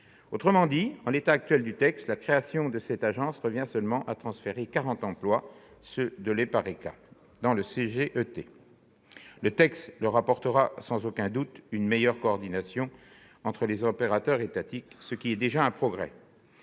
Autrement dit, en l'état actuel du texte, la création de cette agence revient seulement à transférer 40 emplois, ceux de l'EPARECA, dans le CGET. Le texte permettra sans aucun doute une meilleure coordination entre les opérateurs étatiques, ce qui est déjà un progrès.